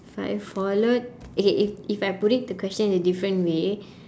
if I had followed okay if if I put it the question in a different way